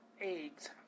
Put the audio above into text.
eggs